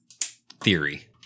theory